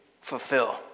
fulfill